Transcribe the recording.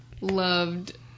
loved